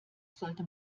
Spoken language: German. sollte